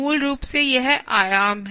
मूल रूप से यह आयाम है